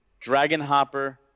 Dragonhopper